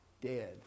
dead